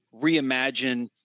reimagine